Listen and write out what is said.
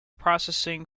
processing